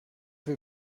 will